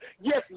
Yes